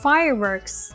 Fireworks